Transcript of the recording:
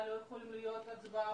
יכולות להיות הצבעה שמית?